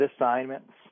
assignments